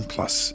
Plus